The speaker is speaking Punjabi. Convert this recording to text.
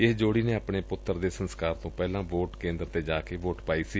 ਇਸ ਜੋੜੀ ਨੇ ਆਪਣੇ ਪੁੱਤਰ ਦੇ ਸੰਸਕਾਰ ਤੋਂ ਪਹਿਲਾਂ ਵੋਟ ਕੇਂਦਰ ਡੇ ਜਾ ਕੇ ਵੋਟ ਪਾਈ ਸੀ